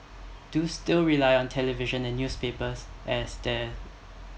do still rely on television and newspapers as there